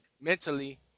mentally